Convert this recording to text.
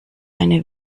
eine